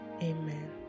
Amen